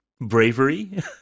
bravery